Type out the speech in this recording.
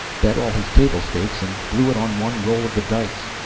bet all his table stakes and blew it on one roll of the dice.